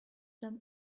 them